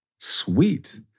Sweet